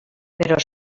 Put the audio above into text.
però